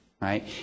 right